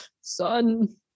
son